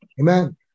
Amen